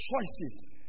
choices